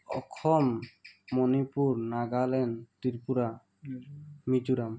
Assam Manipur Nagaland Tripura Mizoram